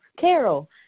Carol